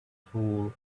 tall